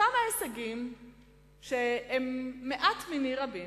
כמה הישגים שהם מעט מני רבים: